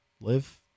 live